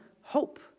hope